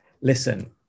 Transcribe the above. listen